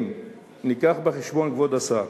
אם נביא בחשבון, כבוד השר,